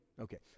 okay